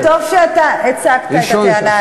וטוב שאתה הצגת את הטענה הזאת.